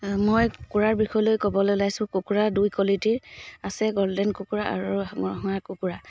মই কুকুৰাৰ বিষয়লৈ ক'বলৈ ওলাইছোঁ কুকুৰা দুই কোৱালিটিৰ আছে গল্ডেন কুকুৰা আৰু ৰঙা কুকুৰা